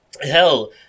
Hell